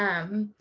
um,